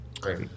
Great